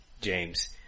James